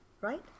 Right